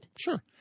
Sure